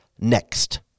next